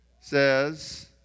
says